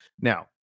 Now